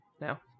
now